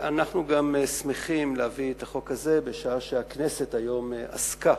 אנחנו גם שמחים להביא את החוק הזה בשעה שהכנסת היום עסקה,